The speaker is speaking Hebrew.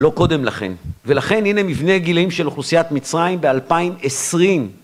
לא קודם לכן, ולכן הנה מבנה גילאים של אוכלוסיית מצרים ב-2020